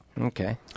Okay